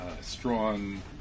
strong